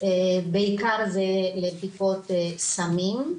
בעיקר לבדיקות סמים.